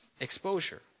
Exposure